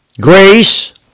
grace